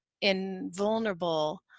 invulnerable